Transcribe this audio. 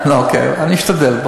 אני אשתדל.